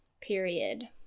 period